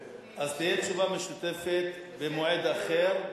אז תהיה תשובה משותפת במועד אחר.